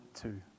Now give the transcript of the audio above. two